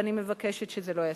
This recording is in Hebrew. ואני מבקשת שזה לא ייעשה.